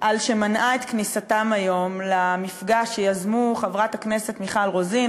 על שמנעה את כניסתם היום למפגש שיזמו חברת הכנסת מיכל רוזין,